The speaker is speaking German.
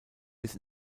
bis